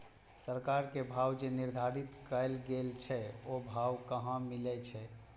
सरकार के भाव जे निर्धारित कायल गेल छै ओ भाव कहाँ मिले छै?